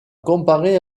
comparer